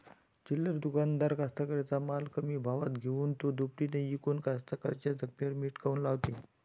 चिल्लर दुकानदार कास्तकाराइच्या माल कमी भावात घेऊन थो दुपटीनं इकून कास्तकाराइच्या जखमेवर मीठ काऊन लावते?